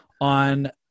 on